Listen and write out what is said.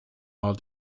all